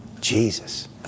Jesus